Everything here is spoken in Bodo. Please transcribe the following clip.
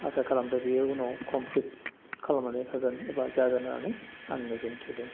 आसा खालामदों बेयो उनाव कमप्लिट खालामनानै होगोन एबा जागोन होनानै आं मिजिं थिदों